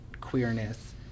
queerness